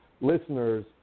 listeners